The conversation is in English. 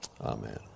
Amen